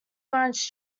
lawrence